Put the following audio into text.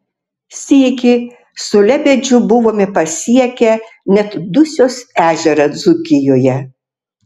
sykį su lebedžiu buvome pasiekę net dusios ežerą dzūkijoje